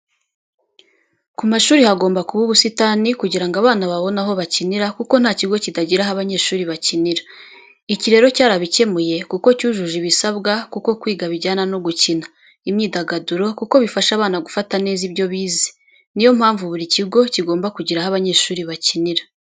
Ku mashuri hagomba kuba ubusitani kugira ngo abana babone aho bakinira kuko nta kigo kitagira aho abanyeshuri bakinira. Iki rero cyarabikemuye kuko cyujuje ibisabwa kuko kwiga bijyana no gukina, imyidagaduro kuko bifasha abana gufata neza ibyo bize ni yo mpamvu buri kigo kigomba kugira aho abanyeshuri bakinira.